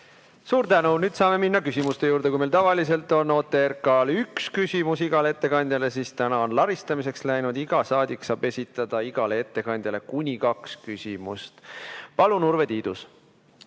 Suur tänu! Nüüd saame minna küsimuste juurde. Kui meil tavaliselt on OTRK-l üks küsimus igale ettekandjale, siis täna on laristamiseks läinud: iga saadik saab esitada igale ettekandjale kuni kaks küsimust. Palun, Urve Tiidus!